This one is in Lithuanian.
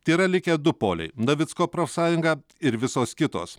tėra likę du poliai navicko profsąjunga ir visos kitos